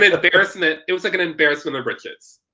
embarrassment, it was like and embarrassment of riches.